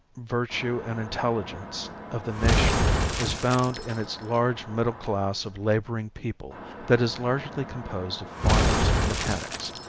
virtue and intelligence of the nation is found in its large middle class of laboring people that is largely composed of farmers and mechanics,